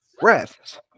Breath